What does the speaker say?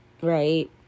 Right